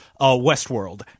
Westworld